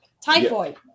Typhoid